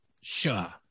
sure